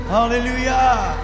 Hallelujah